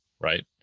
right